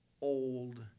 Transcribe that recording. old